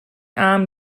امن